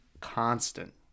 constant